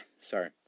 sorry